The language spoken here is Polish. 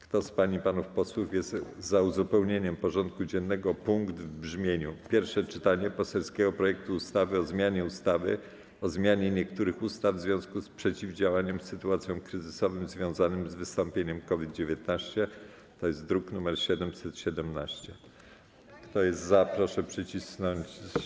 Kto z pań i panów posłów jest za uzupełnieniem porządku dziennego o punkt w brzmieniu: Pierwsze czytanie poselskiego projektu ustawy o zmianie ustawy o zmianie niektórych ustaw w związku z przeciwdziałaniem sytuacjom kryzysowym związanym z wystąpieniem COVID-19 (druk nr 717), zechce nacisnąć przycisk.